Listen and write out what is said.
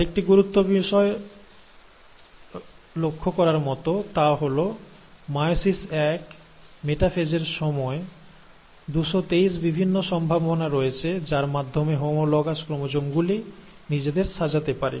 আরেকটি গুরুত্বপূর্ণ বিষয় লক্ষ্য করার মত তা হল মিয়োসিস এক মেটাফেজ এর সময় 223 বিভিন্ন সম্ভাবনা রয়েছে যার মাধ্যমে হোমোলোগাস ক্রোমোজোম গুলি নিজেদের সাজাতে পারে